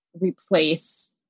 replace